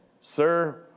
Sir